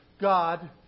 God